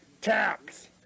Taps